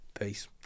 peace